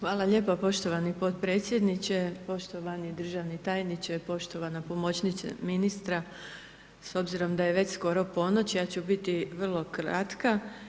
Hvala lijepa poštovani podpredsjedniče, poštovani državni tajniče, poštovana pomoćnice ministra, s obzirom da je već skoro ponoć, ja ću biti vrlo kratka.